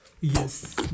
Yes